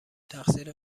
تقصیر